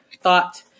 thought